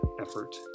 effort